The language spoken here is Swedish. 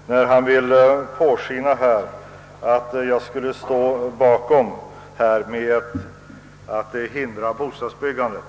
eftersom han vill låta påskina att jag skulle stå bakom något försök att hindra bostadsbyggandet.